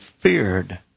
feared